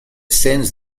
sends